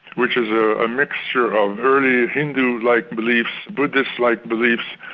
which is a mixture of early hindu-like beliefs, buddhist-like beliefs.